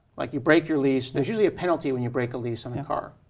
like you break your lease, there's usually a penalty when you break a lease on a car.